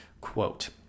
quote